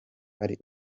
ari